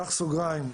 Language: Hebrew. בסוגריים,